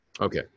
Okay